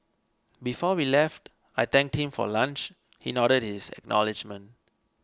before we left I thanked him for lunch he nodded his acknowledgement